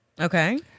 Okay